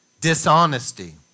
Dishonesty